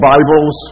Bibles